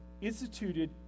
instituted